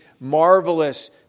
marvelous